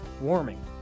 warming